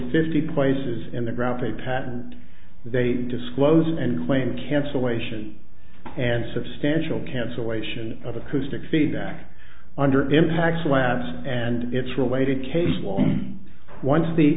fifty places in the graphic patent they disclosed and claimed cancellation and substantial cancellation of acoustic feedback under impacts labs and its related case law once the